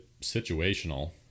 situational